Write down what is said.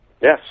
Yes